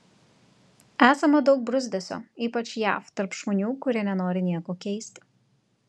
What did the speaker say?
esama daug bruzdesio ypač jav tarp žmonių kurie nenori nieko keisti